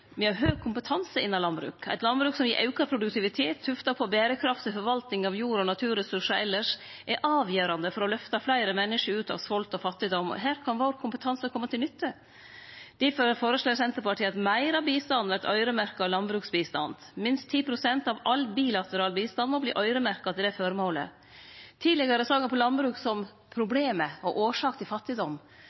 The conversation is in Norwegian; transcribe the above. Me har høg kompetanse innan landbruk. Eit landbruk som gir auka produktivitet tufta på berekraftig forvaltning av jorda og naturressursane elles, er avgjerande for å løfte fleire menneske ut av svolt og fattigdom, og her kan vår kompetanse kome til nytte. Difor føreslår Senterpartiet at meir av bistanden vert øyremerkt landbruk. Minst 10 pst. av all bilateral bistand må bli øyremerkt til det føremålet. Tidlegare såg vi på landbruk som problemet og årsaka til fattigdom.